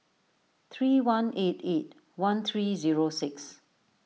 three one eight eight one three zero six